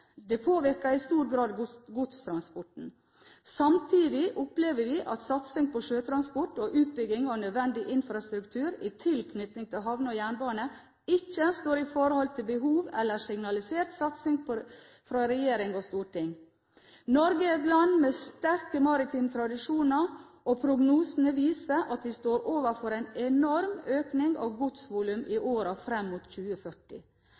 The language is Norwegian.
Det påvirker i stor grad godstransporten. Samtidig opplever vi at satsing på sjøtransport og utbygging av nødvendig infrastruktur i tilknytning til havn og jernbane ikke står i forhold til behov eller signalisert satsing fra regjering og storting. Norge er et land med sterke maritime tradisjoner, og prognoser viser at vi står overfor en enorm økning av godsvolum i årene fram mot 2040.